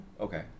Okay